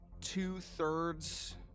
two-thirds